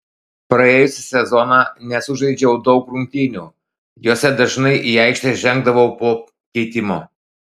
praėjusį sezoną nesužaidžiau daug rungtynių jose dažnai į aikštę žengdavau po keitimo